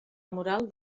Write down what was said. moral